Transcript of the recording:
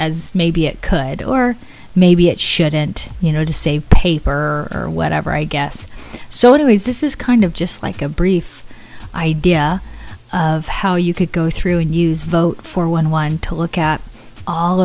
as maybe it could or maybe it shouldn't you know to save paper or whatever i guess so do is this is kind of just like a brief idea of how you could go through and use vote for one wind to look at all